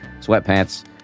sweatpants